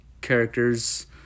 characters